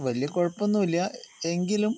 വലിയ കുഴപ്പമൊന്നുമില്ല എങ്കിലും